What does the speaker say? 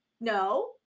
No